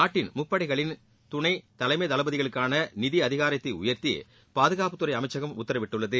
நாட்டின் முப்படைகளின் துணை தலைமை தளபதிகளுக்கான நிதி அதிகாரத்தை உயர்த்தி பாதுகாப்புத் துறை அமைச்சகம் உத்தரவிட்டுள்ளது